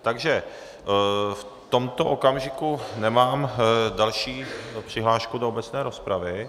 Takže v tomto okamžiku nemám další přihlášky do obecné rozpravy.